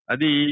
Adi